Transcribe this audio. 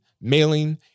mailing